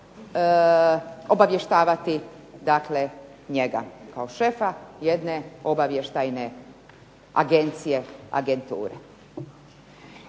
obavještavati dakle njega kao šefa jedne obavještajne agencije, agentura.